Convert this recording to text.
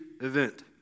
event